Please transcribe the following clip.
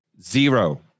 zero